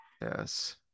Yes